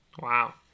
Wow